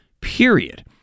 period